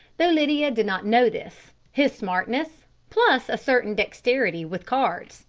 though lydia did not know this, his smartness, plus a certain dexterity with cards,